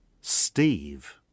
steve